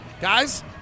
Guys